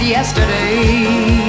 Yesterday